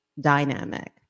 dynamic